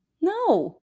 No